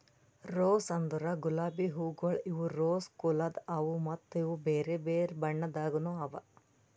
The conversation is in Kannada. ರೋಸ್ ಅಂದುರ್ ಗುಲಾಬಿ ಹೂವುಗೊಳ್ ಇವು ರೋಸಾ ಕುಲದ್ ಅವಾ ಮತ್ತ ಇವು ಬೇರೆ ಬೇರೆ ಬಣ್ಣದಾಗನು ಅವಾ